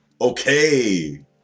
Okay